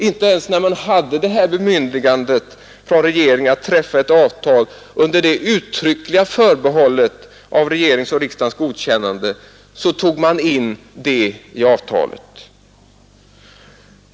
Inte ens när man hade det här bemyndigandet från regeringen att träffa ett avtal under det uttryckliga förbehållet av regeringens och riksdagens godkännande tog man in det i avtalet.